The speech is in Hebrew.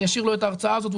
אשאיר לו את ההרצאה הזאת.